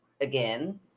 Again